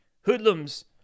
hoodlums